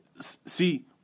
see